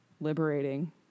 liberating